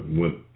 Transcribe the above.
went